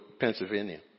Pennsylvania